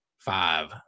five